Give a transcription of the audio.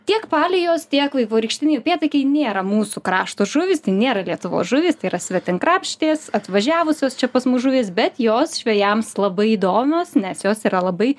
tiek palijos tiek vaivorykštiniai upėtakiai nėra mūsų krašto žuvys nėra lietuvos žuvys tai yra svetimkraštės atvažiavusios čia pas mus žuvys bet jos žvejams labai įdomios nes jos yra labai